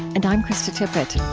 and i'm krista tippett